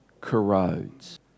corrodes